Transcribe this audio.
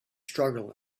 struggle